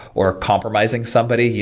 or compromising somebody.